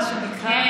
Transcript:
מה שנקרא,